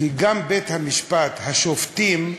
כי גם בית-המשפט, השופטים,